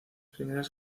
primeras